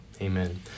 Amen